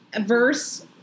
verse